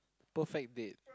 perfect date